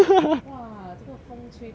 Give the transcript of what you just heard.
!wah! 这个风吹的 !wah!